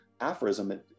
aphorism